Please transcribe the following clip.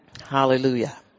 Hallelujah